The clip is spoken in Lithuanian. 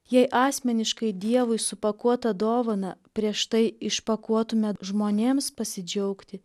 jei asmeniškai dievui supakuotą dovaną prieš tai išpakuotumę žmonėms pasidžiaugti